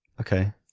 Okay